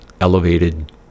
elevated